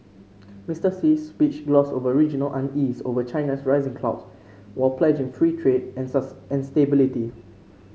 Mister Xi's speech glossed over regional unease over China's rising clout while pledging free trade and stability